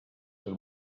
sul